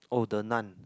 oh the Nun